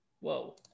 whoa